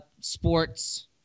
sports